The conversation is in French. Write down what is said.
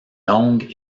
longue